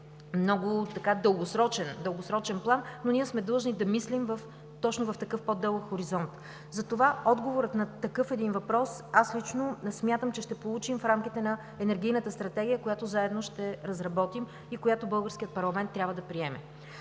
много дългосрочен план, но ние сме длъжни да мислим точно в такъв по-дълъг хоризонт. Затова отговорът на такъв един въпрос аз лично не смятам, че ще получим в рамките на енергийната стратегия, която заедно ще разработим и която българският парламент трябва да приеме.